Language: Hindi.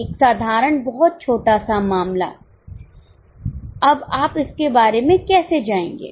एक साधारण बहुत छोटा मामला अब आप इसके बारे में कैसे जायेंगे